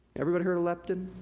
everybody heard of leptin?